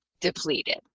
depleted